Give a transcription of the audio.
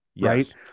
right